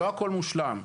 לא הכול מושלם.